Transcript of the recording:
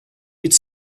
could